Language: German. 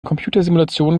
computersimulation